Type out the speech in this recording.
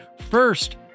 First